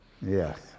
Yes